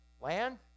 land